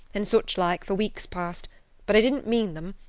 and such like, for weeks past but i didn't mean them,